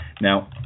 Now